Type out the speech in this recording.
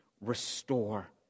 restore